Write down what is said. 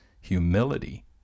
humility